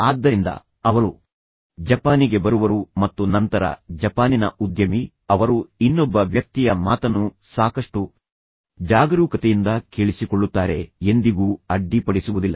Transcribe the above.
ಆದ್ದರಿಂದ ಅವರು ಜಪಾನಿಗೆ ಬರುವರು ಮತ್ತು ನಂತರ ಜಪಾನಿನ ಉದ್ಯಮಿ ಅವರು ಇನ್ನೊಬ್ಬ ವ್ಯಕ್ತಿಯ ಮಾತನ್ನು ಸಾಕಷ್ಟು ಜಾಗರೂಕತೆಯಿಂದ ಕೇಳಿಸಿಕೊಳ್ಳುತ್ತಾರೆ ಆದರೆ ನಂತರ ಎಂದಿಗೂ ಅಡ್ಡಿಪಡಿಸುವುದಿಲ್ಲ